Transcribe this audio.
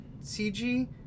CG